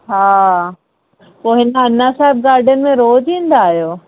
हा पो हिन अनासाद गाडन में रोज़ु ईंदा आहियो